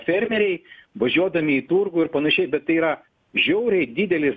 fermeriai važiuodami į turgų ir panašiai bet tai yra žiauriai didelis